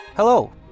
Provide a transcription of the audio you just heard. Hello